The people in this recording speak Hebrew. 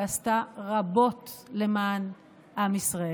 ועשתה רבות למען עם ישראל.